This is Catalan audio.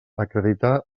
acreditar